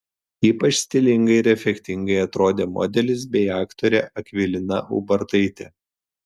ypač stilingai ir efektingai atrodė modelis bei aktorė akvilina ubartaitė